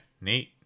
neat